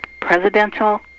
presidential